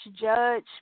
Judge